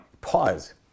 pause